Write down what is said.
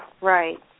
Right